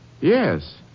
yes